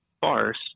farce